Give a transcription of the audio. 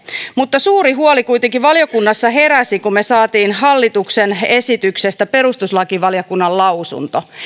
mutta kuitenkin suuri huoli valiokunnassa heräsi kun me saimme hallituksen esityksestä perustuslakivaliokunnan